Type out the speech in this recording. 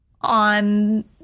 on